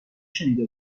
شنیده